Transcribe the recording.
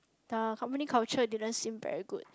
the company culture didn't seem very good